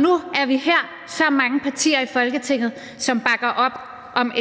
Nu er vi her, hvor så mange partier i Folketinget bakker op om